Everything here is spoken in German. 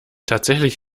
tatsächlich